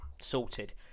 sorted